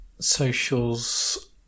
socials